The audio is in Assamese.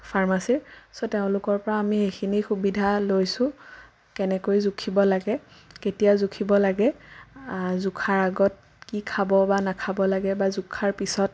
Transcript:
ফাৰ্মাচী চ' তেওঁলোকৰ পৰা আমি সেইখিনি সুবিধা লৈছোঁ কেনেকৈ জুখিব লাগে কেতিয়া জুখিব লাগে জোখাৰ আগত কি খাব বা নাখাব লাগে বা জোখাৰ পিছত